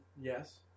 Yes